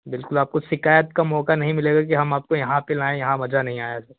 बिल्कुल आपको शिकायत का मौका नहीं मिलेगा कि हम आपको यहाँ पे लाए यहाँ पे मज़ा नहीं आया था